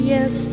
Yes